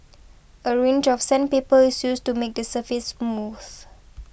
a range of sandpaper is used to make the surface smooth